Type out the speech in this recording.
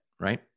right